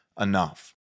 enough